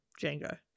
Django